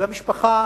והמשפחה,